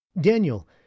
Daniel